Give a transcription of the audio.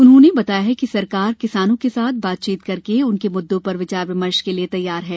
उन्होंने बताया कि सरकार किसानों के साथ बातचीत करके उनके मुद्दों पर विचार विमर्श के लिए तैयार है